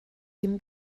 ddim